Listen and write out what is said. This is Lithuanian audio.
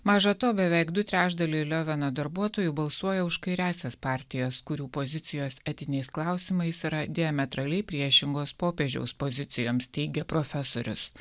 maža to beveik du trečdaliai lioveno darbuotojų balsuoja už kairiąsias partijas kurių pozicijos etiniais klausimais yra diametraliai priešingos popiežiaus pozicijoms teigia profesorius